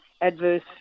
adverse